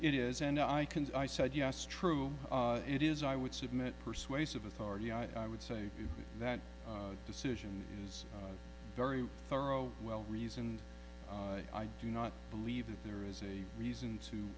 it is and i can i said yes true it is i would submit persuasive authority i would say that decision is very thorough well reasoned i do not believe that there is a reason to